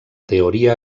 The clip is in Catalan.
teoria